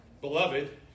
Beloved